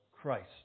Christ